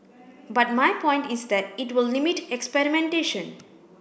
but my point is that it will limit experimentation